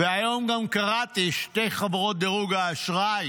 והיום גם קראתי ששתי חברות דירוג האשראי